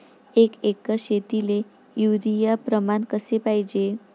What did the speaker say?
एक एकर शेतीले युरिया प्रमान कसे पाहिजे?